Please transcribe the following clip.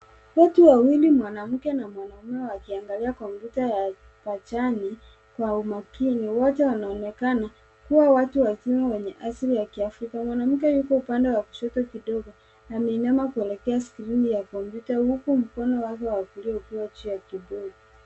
Watu wawili mwanamke na mwanaume ,wakiangalia kompyuta ya bajani kwa umakini. Wote wanaonekana kuwa watu wazima wenye asili ya kiafrika .Mwanamke Yupo upande wa kushoto kidogo ameinama kuelekea skrini ya kompyuta huku mkono wake wa kulia ukiwa juu ya kipodi.